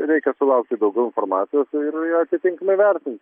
reikia sulaukti daugiauinformacijos ir ją atitinkamai vertint